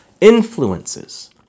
influences